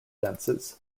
dances